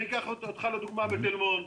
יש דוגמה בתל מונד.